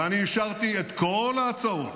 ואני אישרתי את כל ההצעות,